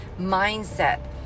mindset